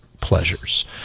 pleasures